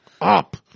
up